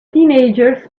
teenagers